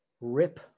rip